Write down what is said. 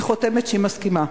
היא חותמת שהיא מסכימה.